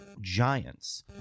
giants